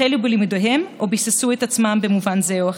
החלו בלימודיהם או ביססו את עצמם במובן זה או אחר.